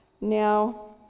Now